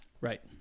Right